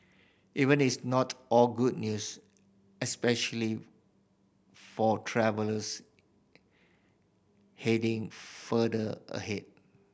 even it's not all good news especially for travellers heading farther ahead